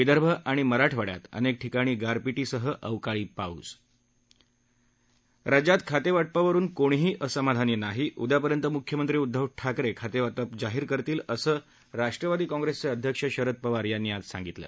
विदर्भ आणि मराठवाड्यात अनेक ठिकाणी गारपिटीसह अवकाळी पाऊस राज्यात खातेवाटपावरुन कोणीही असमाधानी नाही उद्यापर्यंत मुख्यमंत्री उद्धव ठाकरे खातेवाटप जाहीर करतील असं राष्ट्रवादी काँप्रेसचे अध्यक्ष शरद पवार यांनी आज सांगितलं